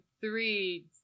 three